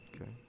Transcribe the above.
Okay